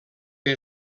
que